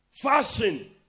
Fashion